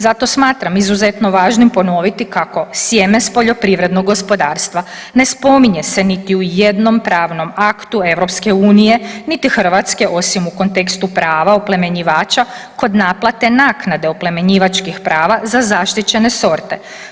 Zato smatram izuzetno važnim ponoviti kako sjeme s poljoprivrednog gospodarstva ne spominje se niti u jednom pravnom aktu EU niti Hrvatske, osim u kontekstu prava oplemenjivača kod naplate naknade oplemenjivačkih prava za zaštićene sorte.